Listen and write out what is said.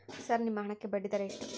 Sir ನಿಮ್ಮ ಹಣಕ್ಕೆ ಬಡ್ಡಿದರ ಎಷ್ಟು?